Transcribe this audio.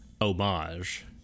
homage